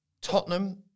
tottenham